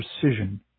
precision